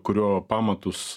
kurio pamatus